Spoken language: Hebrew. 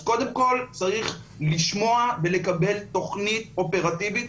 אז קודם כל צריך לשמוע ולקבל תכנית אופרטיבית,